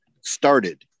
started